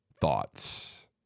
thoughts